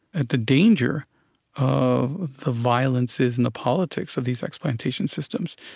at the danger of the violences and the politics of these ex-plantation systems,